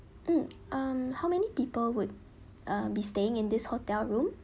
mm um how many people would uh be staying in this hotel room